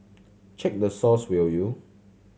check the source will you